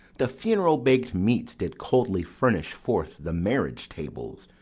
the funeral bak'd meats did coldly furnish forth the marriage tables.